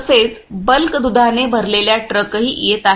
तसेच बल्क दुधाने भरलेल्या ट्रकही येत आहेत